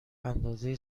اندازه